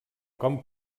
com